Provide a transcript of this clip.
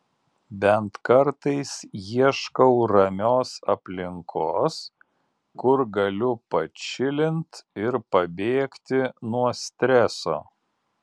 bent kartais ieškau ramios aplinkos kur galiu pačilint ir pabėgti nuo streso